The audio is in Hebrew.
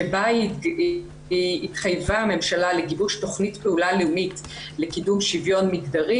שבה התחייבה הממשלה לגיבוש תוכנית פעולה לאומית לקידום שוויון מגדרי